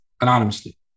anonymously